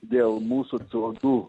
dėl mūsų c o du